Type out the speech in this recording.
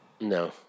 No